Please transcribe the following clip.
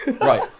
Right